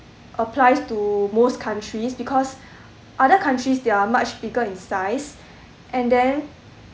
applies to most countries because other countries they are much bigger in size and then